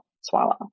swallow